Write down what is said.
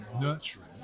nurturing